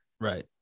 right